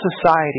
society